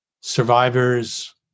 survivors